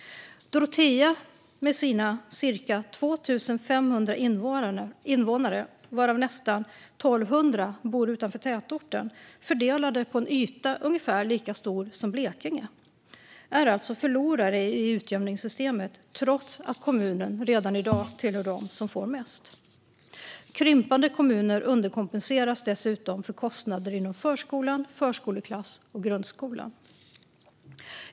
Dorotea med sina cirka 2 500 invånare, varav nästan 1 200 bor utanför tätorten fördelade på yta som är ungefär lika stor som Blekinge, är alltså förlorare i utjämningssystemet trots att kommunen redan i dag tillhör dem som får mest. Krympande kommuner underkompenseras dessutom för kostnader inom förskolan, förskoleklass och grundskolan.